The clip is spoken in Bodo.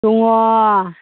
दङ